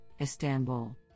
Istanbul